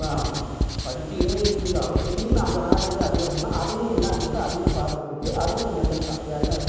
படித்துக்கின்னே இருந்தாலும் திடீர்ன்னு அந்த நாலேஜி அது வந்துன்னால் அதையும் என்னன்றது அதையும் பாதுகாத்து அதுவும் ஒரு நல்லது தான் வேறு என்ன